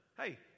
Hey